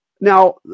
now